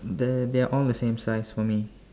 the~ they are all the same size for me